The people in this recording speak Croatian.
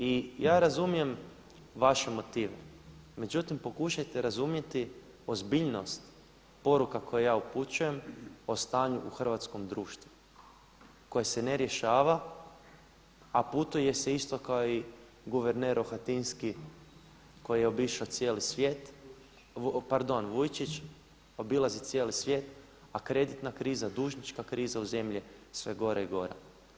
I ja razumijem vaše motive, međutim pokušajte razumjeti ozbiljnost poruka koje ja upućujem o stanju u hrvatskom društvu koje se ne rješava, a putuje se isto kao i guverner Rohatinski koji je obišao cijeli svijet, pardon Vujčić, obilazi cijeli svijet a kreditna kriza, dužnička kriza u zemlji je sve gora i gora.